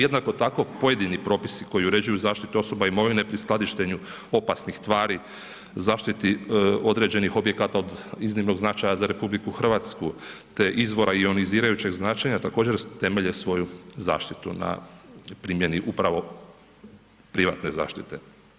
Jednako tako, pojedini propisi, koji uređuju zaštitu osoba i imovine, pri skladištenju opasnih tvari, zaštiti određenih objekata od iznimnog značaja za RH, te izvora i ionizirajućeg značaja, također temelje svoju zaštitu na primjeni upravo privatne zaštite.